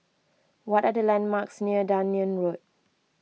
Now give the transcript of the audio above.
what are the landmarks near Dunearn Road